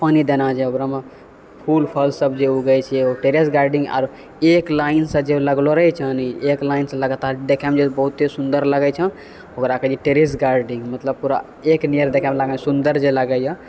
पानि देना छै ओकरामे फूल फल सब जे उगै छियै ओ टेरेस गार्डनिंग आर एक लाइनसँ जे लगलो रहै छै ने एक लाइन सँ लगातार देखैमे जे बहुते सुन्दर लगै छै ओकरा कहै छै टेरेस गार्डनिंग मतलब पूरा एक नीयर देखैमे लागलौं सुन्दर जे लगैए